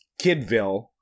Kidville